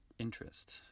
interest